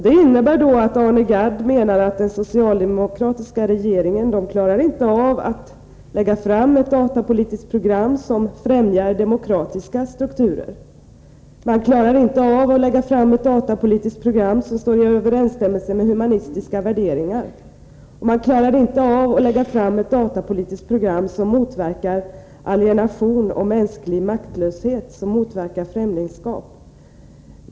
Det innebär att Arne Gadd menar att den socialdemokratiska regeringen inte klarar av att lägga fram ett datapolitiskt program som främjar demokratiska strukturer, inte klarar av att lägga fram ett datapolitiskt program som står i överensstämmelse med humanistiska värderingar och inte heller klarar av att lägga fram ett datapolitiskt program som motverkar alienation och mänsklig maktlöshet.